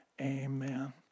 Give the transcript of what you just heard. Amen